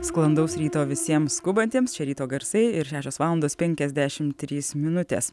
sklandaus ryto visiems skubantiems čia ryto garsai ir šešios valandos penkiasdešim trys minutės